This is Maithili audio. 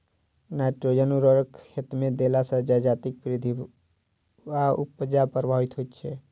नाइट्रोजन उर्वरक खेतमे देला सॅ जजातिक वृद्धि आ उपजा प्रभावित होइत छै